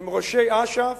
ארוך עם ראשי אש"ף,